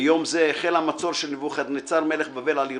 ביום זה החל המצור של נבוכדנאצר מלך בבל על ירושלים.